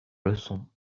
leçons